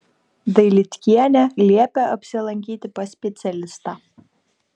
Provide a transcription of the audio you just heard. dailydkienė liepė apsilankyti pas specialistą